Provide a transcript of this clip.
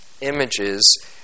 images